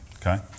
Okay